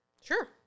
Sure